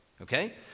Okay